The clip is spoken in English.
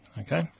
okay